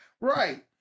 Right